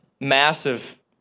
massive